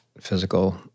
physical